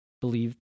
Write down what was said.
believe